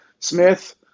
Smith